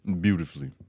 beautifully